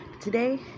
today